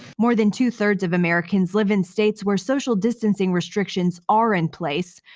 more than two-thirds of americans live in states where social distancing restrictions are in place.